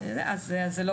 אז זה לא